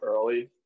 early